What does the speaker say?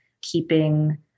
keeping